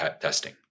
testing